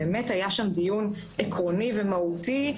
היה שם באמת דיון עקרוני ומהותי,